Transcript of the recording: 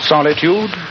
Solitude